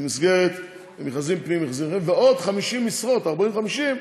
במסגרת מכרזים פנימיים, ועוד 50 משרות, 40 50,